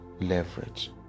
leverage